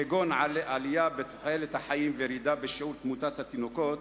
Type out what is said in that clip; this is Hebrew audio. כגון עלייה בתוחלת החיים וירידה בשיעור תמותת התינוקות,